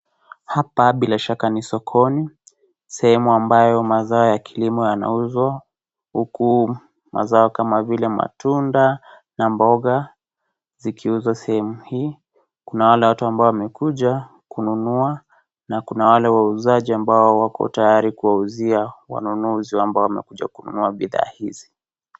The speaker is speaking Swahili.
Hapa bila shaka ni sokoni sehemu ambayo mazao ya kilimo yanauzwa ,huku mazao kama vile matunda na mboga zikiuzwa sehemu hii, kuna wale watu ambao wamekuja kununua na kuna wale wauzaji ambao wako tayari kuwauzia wanunuzi ambao wamekuja kununua bidhaa bizi.